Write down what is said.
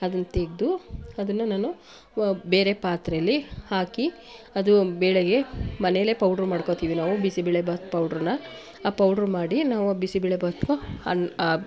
ಅದನ್ನ ತೆಗೆದು ಅದನ್ನು ನಾನು ಬೇರೆ ಪಾತ್ರೆಯಲ್ಲಿ ಹಾಕಿ ಅದು ಬೇಳೆಗೆ ಮನೇಲೆ ಪೌಡ್ರು ಮಾಡ್ಕೊಳ್ತೀವಿ ನಾವು ಬಿಸಿಬೇಳೆಬಾತ್ ಪೌಡ್ರ್ನ ಆ ಪೌಡ್ರು ಮಾಡಿ ನಾವು ಬಿಸಿಬೇಳೆಬಾತಿಗು ಅನ್